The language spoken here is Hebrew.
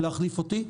להחליף אותי.